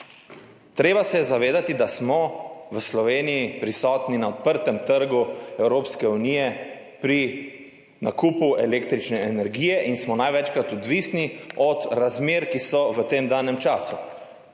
treba se je zavedati, da smo v Sloveniji prisotni na odprtem trgu Evropske unije pri nakupu električne energije in smo največkrat odvisni od razmer, ki so v tem danem času.